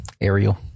Ariel